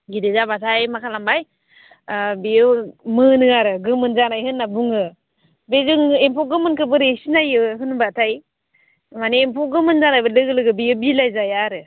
गिदिर जाबाथाय मा खालामबाय बेयो मोनो आरो गोमोन जानाय होनना बुङो बे जों एम्फौ गोमोनखो बोरै सिनायो होनबाथाय माने एम्फौ गोमोन जानायबो लोगो लोगो बियो बिलाइ जाया आरो